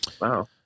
Wow